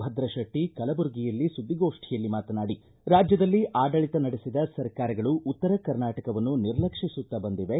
ಭದ್ರಶೆಟ್ಟ ಕಲಬುರಗಿಯಲ್ಲಿ ಸುದ್ದಿಗೋಪ್ಠಿಯಲ್ಲಿ ಮಾತನಾಡಿ ರಾಜ್ಯದಲ್ಲಿ ಆಡಳಿತ ನಡೆಸಿದ ಸರ್ಕಾರಗಳು ಉತ್ತರ ಕರ್ನಾಟಕವನ್ನು ನಿರ್ಲಕ್ಷಿಸುತ್ತ ಬಂದಿವೆ